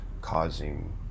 causing